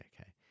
okay